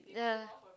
ya